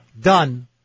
Done